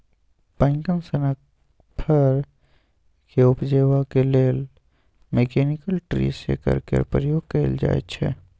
पैकन सनक फर केँ उपजेबाक लेल मैकनिकल ट्री शेकर केर प्रयोग कएल जाइत छै